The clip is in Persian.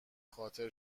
خاطر